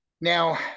Now